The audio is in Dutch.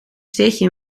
steegje